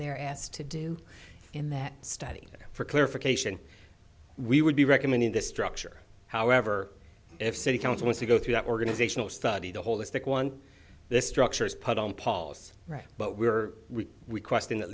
they're asked to do in that study for clarification we would be recommending the structure however if city council is to go through the organizational study the holistic one the structure is put on paul's right but we are we question at